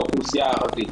תודה.